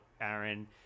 Aaron